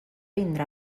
vindrà